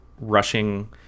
rushing